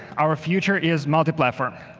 our future is multi-platform.